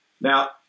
Now